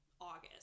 August